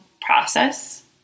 process